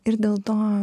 ir dėl to